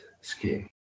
scheme